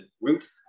roots